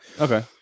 Okay